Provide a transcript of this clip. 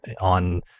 on